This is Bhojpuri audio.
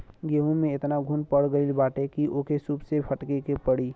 गेंहू में एतना घुन पड़ गईल बाटे की ओके सूप से फटके के पड़ी